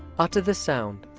utter the sound,